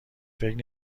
فکر